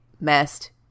messed